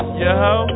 yo